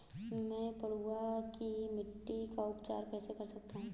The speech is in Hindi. मैं पडुआ की मिट्टी का उपचार कैसे कर सकता हूँ?